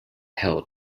held